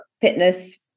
fitness